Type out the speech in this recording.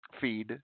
feed